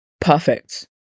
perfect